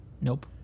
Nope